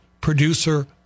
producer